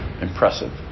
impressive